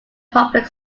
public